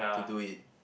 to do it